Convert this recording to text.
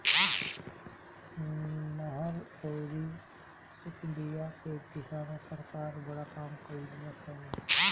नहर अउरी निक बिया के दिशा में सरकार बड़ा काम कइलस हवे